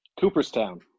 Cooperstown